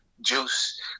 juice